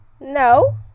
No